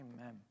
Amen